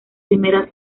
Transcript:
primera